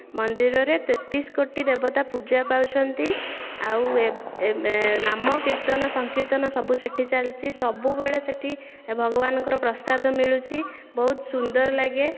ମନ୍ଦିରରେ ତେତିଶ କୋଟି ଦେବତା ପୂଜା ପାଉଛନ୍ତି ଆଉ ଏବେ ଏ ନାମକୀର୍ତ୍ତନ ସଂକୀର୍ତ୍ତନ ସବୁ ସେଠି ଚାଲିଛି ସବୁ ବେଳେ ସେଠି ଭଗବାନଙ୍କର ପ୍ରସାଦ ମିଳୁଛି ବହୁତ ସୁନ୍ଦର ଲାଗେ